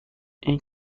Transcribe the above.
این